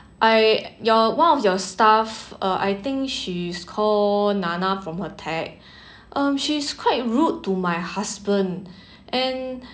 I your one of your staff uh I think she's called nana from her tag um she's quite rude to my husband and